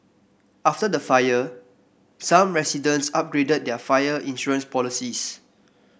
after the fire some residents upgraded their fire insurance policies